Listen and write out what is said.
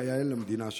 כיאה למדינה שלנו.